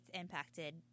impacted